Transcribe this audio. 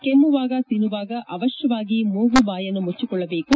ಕೆಮ್ಲುವಾಗ ಸೀನುವಾಗ ಅವಶ್ಲವಾಗಿ ಮೂಗು ಬಾಯನ್ನು ಮುಚ್ಲಕೊಳ್ಳದೇಕು